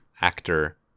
actor